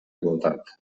igualtat